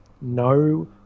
no